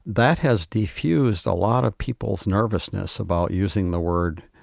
that has defused a lot of people's nervousness about using the word,